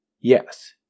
Yes